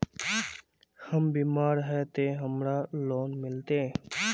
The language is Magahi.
हम बीमार है ते हमरा लोन मिलते?